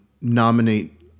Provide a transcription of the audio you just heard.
nominate